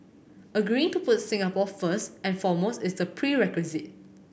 agreeing to put Singapore first and foremost is the prerequisite